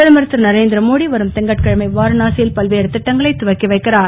பிரதமர் திருநரேந்திர மோடி வரும் திங்கட்கிழமை வாரணாசி யில் பல்வேறு திட்டங்களைத் தொடக்கி வைக்கிறார்